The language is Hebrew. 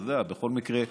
אתה יודע, בכל מקרה,